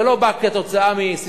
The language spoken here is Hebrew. זה לא בא כתוצאה מססמאות,